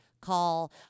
call